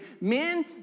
men